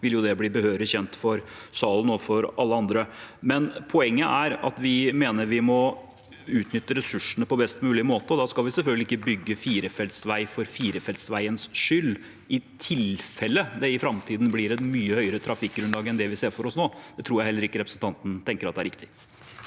vil det bli behørig kjent for salen og for alle andre. Poenget er at vi mener vi må utnytte ressursene på best mulig måte. Da skal vi selvfølgelig ikke bygge firefelts vei for firefeltsveiens egen skyld, i tilfelle det i framtiden blir et mye høyere trafikkgrunnlag enn det vi ser for oss nå. Det tror jeg heller ikke representanten tenker er riktig.